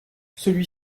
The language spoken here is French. celui